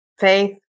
faith